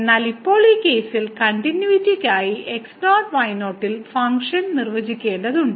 എന്നാൽ ഇപ്പോൾ ഈ കേസിൽ കണ്ടിന്യൂയിറ്റിയ്ക്കായി x0 y0 ൽ ഫംഗ്ഷൻ നിർവചിക്കേണ്ടതുണ്ട്